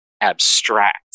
abstract